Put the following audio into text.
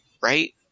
Right